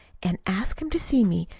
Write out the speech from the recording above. and ask him to see me.